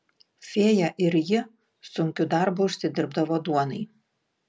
fėja ir ji sunkiu darbu užsidirbdavo duonai